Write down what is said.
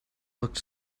looked